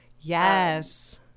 yes